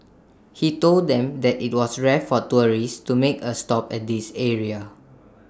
he told them that IT was rare for tourists to make A stop at this area